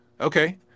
Okay